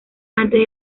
antes